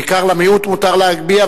בעיקר למיעוט מותר להביע,